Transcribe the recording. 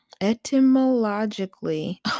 Etymologically